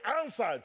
answered